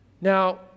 now